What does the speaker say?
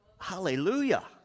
Hallelujah